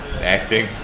acting